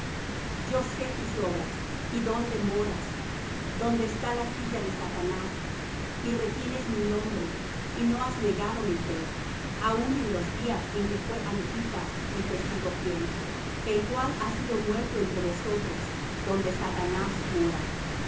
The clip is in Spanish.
yo sé tus obras y dónde moras donde está la silla de satanás y retienes mi nombre y no has negado mi fe aun en los días en que fué antipas mi testigo fiel el cual ha sido muerto entre vosotros donde satanás mora